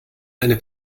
eine